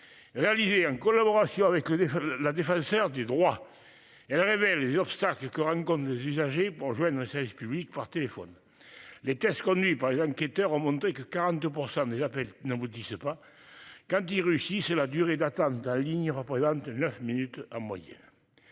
Réalisée en collaboration avec la défenseure des droits. Elle révèle les obstacles que rencontrent les usagers pour jouer nos services publics par téléphone. Les caisses, on lui par les enquêteurs ont montré que 42% des appels n'aboutissaient pas. Quand Russie c'est la durée d'attente ligne représente 9 minutes à moyen.